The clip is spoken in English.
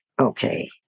Okay